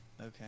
Okay